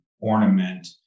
ornament